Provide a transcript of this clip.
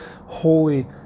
holy